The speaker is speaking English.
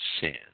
sin